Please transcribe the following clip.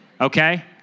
okay